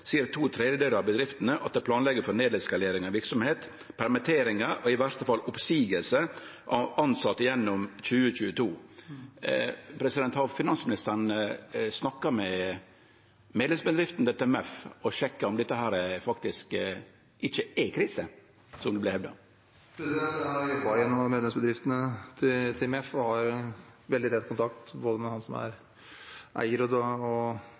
to tredjedelar av bedriftene at dei planlegg for nedskalering av verksemd, permitteringar og i verste fall oppseiingar av tilsette gjennom 2022. Har finansministeren snakka med medlemsbedriftene til MEF og sjekka om det faktisk ikkje er krise? Jeg har jobbet i noen av medlemsbedriftene til MEF og har veldig tett kontakt med han som er eier og